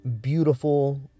beautiful